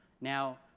Now